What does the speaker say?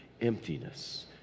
Emptiness